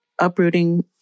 uprooting